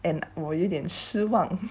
and 我有点失望